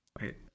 Wait